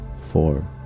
four